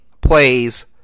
plays